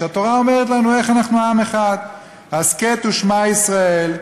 והתורה אומרת לנו איך אנחנו עם אחד: "הסכת ושמע ישראל,